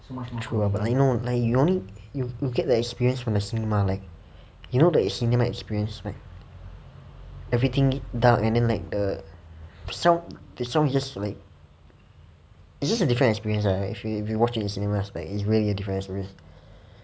true lah but I know you only you get the experience from the cinema like you know there is cinema experience right everything dark and then like err sound the sound is just like it's just a different experience lah right if you if you watch it in cinema it's like it's really a different experience